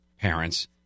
parents